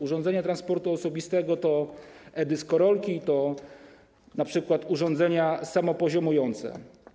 Urządzenia transportu osobistego to e-deskorolki, to np. urządzenia samopoziomujące.